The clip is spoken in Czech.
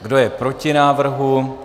Kdo je proti návrhu?